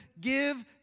give